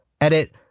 Edit